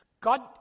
God